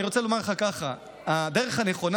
אני רוצה לומר לך ככה: הדרך הנכונה,